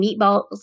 meatballs